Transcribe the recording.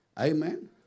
Amen